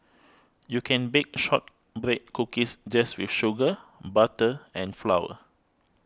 you can bake Shortbread Cookies just with sugar butter and flour